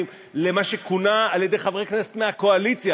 למה שכונה על-ידי חברי כנסת מהקואליציה,